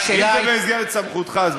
אם זה במסגרת סמכותך, אז בסדר.